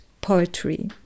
poetry